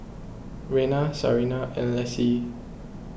Rena Sarina and Lessie